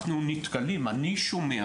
אני שומע,